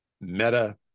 meta